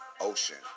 ocean